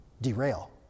derail